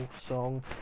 song